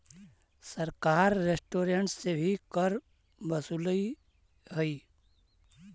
सरकार रेस्टोरेंट्स से भी कर वसूलऽ हई